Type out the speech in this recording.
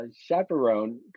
chaperone